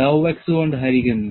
dow x കൊണ്ട് ഹരിക്കുന്നു